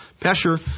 Pesher